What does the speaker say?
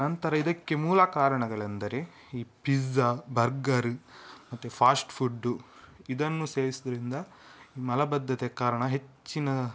ನಂತರ ಇದಕ್ಕೆ ಮೂಲ ಕಾರಣಗಳೆಂದರೆ ಈ ಪಿಝಾ ಬರ್ಗರ್ ಮತ್ತೆ ಫಾಸ್ಟ್ ಫುಡ್ಡು ಇದನ್ನು ಸೇವಿಸೋದ್ರಿಂದ ಈ ಮಲಬದ್ಧತೆ ಕಾರಣ ಹೆಚ್ಚಿನ